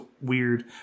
weird